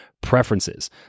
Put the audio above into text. preferences